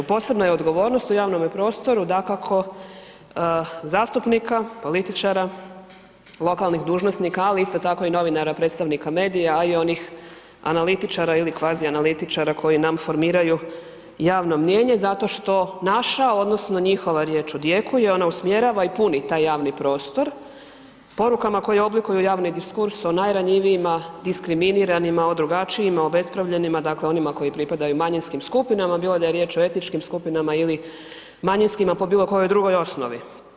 Posebno je odgovornost u javnome prostoru dakako zastupnika, političara, lokalnih dužnosnika ali isto tako i novinara, predstavnika medija a i onih analitičara ili kvazi analitičara koji nam formiraju javno mnijenje zato što naša odnosno njihova riječ odjekuje, ona usmjerava i puni taj javni prostor porukama koje oblikuju javni diskurs o najranjivijima, diskriminiranima, o drugačijima, obespravljenima, dakle onima koji pripadaju manjinskim skupinama bilo da je riječ o etničkim skupinama ili manjinskima po bilokojoj drugoj osnovi.